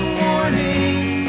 warning